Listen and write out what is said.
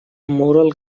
moral